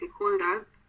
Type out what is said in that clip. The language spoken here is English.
stakeholders